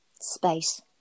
Space